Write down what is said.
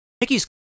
Nicky's